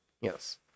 Yes